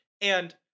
And-